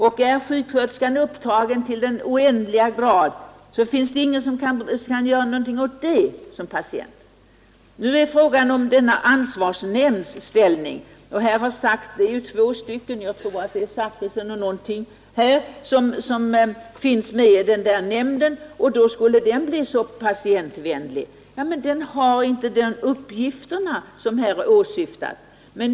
Och är sjuksköterskan upptagen till den oändliga grad, så finns det ingen patient som kan göra någonting åt det. Sedan är det fråga om ansvarsnämndens ställning. Här har sagts att i kammaren finns två personer, herr Zachrisson och någon till, som sitter med i nämnden, varför den alltså skulle vara patientvänlig. Ja, men nämnden har inte de uppgifter som här åsyftas.